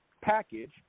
package